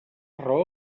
raó